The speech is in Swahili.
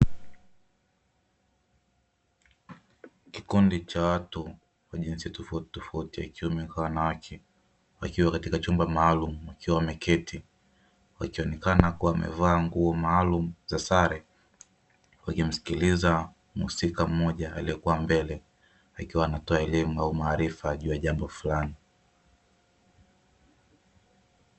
Kikundi cha watu wa jinsia tofautitofauti wakiwa wamekaa wanawake wakiwa katika chumba maalumu wakiwa wameketi, wakionekana kuwa wamevaa nguo maalumu za sare wakimsikiliza muhusika mmoja aliyekuwa mbele akiwa anatoa elimu au maarifa juu ya jambo fulani.